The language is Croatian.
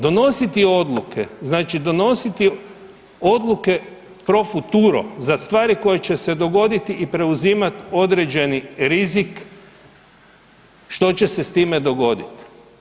Donositi odluke, znači donositi odluke pro futuro za stvari koje će se dogoditi i preuzimati određeni rizik, što će se s time dogoditi?